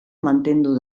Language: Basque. mantendu